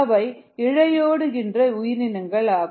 அவைஇழையோடுகிற உயிரினங்களாகும்